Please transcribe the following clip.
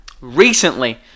Recently